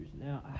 Now